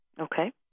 Okay